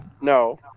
No